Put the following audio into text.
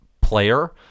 player